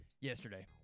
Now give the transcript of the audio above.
yesterday